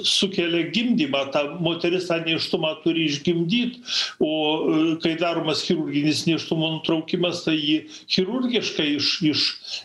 sukelia gimdymą ta moteris tą nėštumą turi išgimdyt o kai daromas chirurginis nėštumo nutraukimas tai jį chirurgiškai iš iš